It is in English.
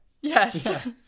yes